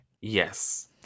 Yes